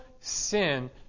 sin